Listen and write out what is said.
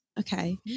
Okay